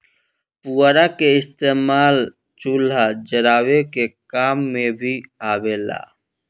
पुअरा के इस्तेमाल चूल्हा जरावे के काम मे भी आवेला